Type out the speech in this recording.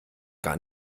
gar